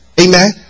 Amen